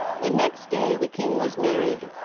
the next day the king was married,